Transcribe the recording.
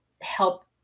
help